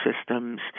systems